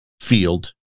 field